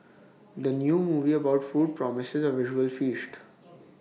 the new movie about food promises A visual feast